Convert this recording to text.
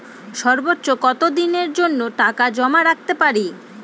সর্বোচ্চ কত দিনের জন্য টাকা জমা রাখতে পারি?